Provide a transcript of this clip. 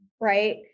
right